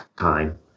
time